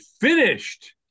finished